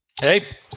Hey